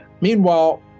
Meanwhile